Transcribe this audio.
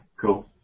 Cool